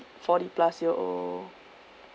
forty plus year old